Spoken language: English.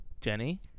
Jenny